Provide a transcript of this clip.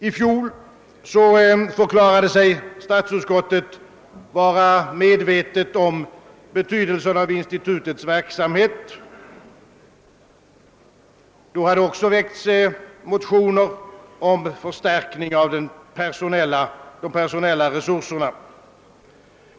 I fjol förklarade sig statsutskottet medvetet om betydelsen av institutets verksamhet. Då hade också väckts motioner om en förstärkning av de personella resurserna.